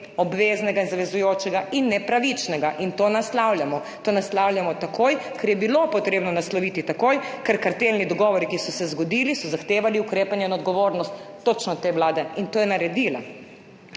obvezno in zavezujoče in nepravično, in to naslavljamo. To naslavljamo takoj, ker je bilo treba nasloviti takoj, ker so kartelni dogovori, ki so se zgodili, zahtevali ukrepanje in odgovornost točno te vlade, in to je naredila.